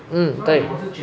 mm 对